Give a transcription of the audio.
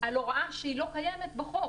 על הוראה שלא קיימת בחוק.